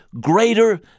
greater